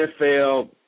NFL